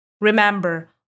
Remember